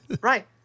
right